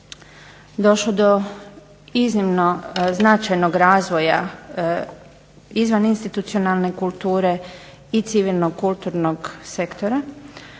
došlo do iznimno značajnog razvoja izvan institucionalne kulture i civilnog kulturnog sektora.